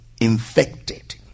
infected